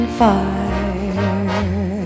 fire